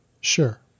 Sure